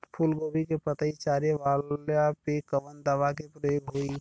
फूलगोभी के पतई चारे वाला पे कवन दवा के प्रयोग होई?